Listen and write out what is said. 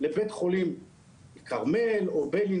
שלח לי מנהל בית החולים הודעה שביום אחד הם